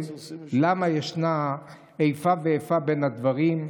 למה ישנה איפה ואיפה בין הדברים?